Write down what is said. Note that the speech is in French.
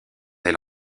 elle